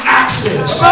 access